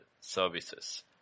services